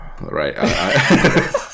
right